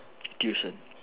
tuition